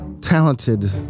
talented